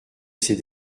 ses